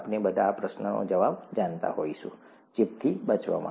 આપણે બધા આ પ્રશ્નનો જવાબ જાણતા હોઈશું ચેપથી બચવા માટે